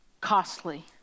costly